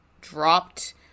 dropped